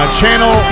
channel